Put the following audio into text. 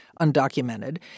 undocumented